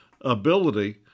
ability